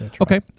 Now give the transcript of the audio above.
Okay